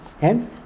hence